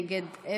נגד,